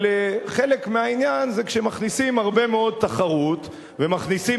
אבל חלק מהעניין זה כשמכניסים הרבה מאוד תחרות ומכניסים